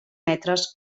metres